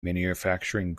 manufacturing